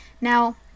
Now